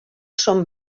són